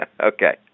Okay